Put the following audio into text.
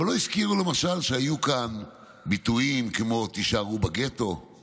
אבל לא הזכירו למשל שהיו כאן ביטויים כמו "תישארו בגטו";